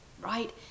right